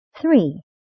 Three